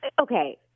Okay